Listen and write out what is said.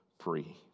free